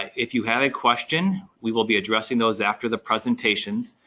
if you have a question, we will be addressing those after the presentations.